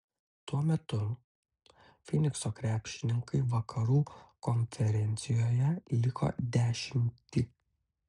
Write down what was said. tuo metu fynikso krepšininkai vakarų konferencijoje liko dešimti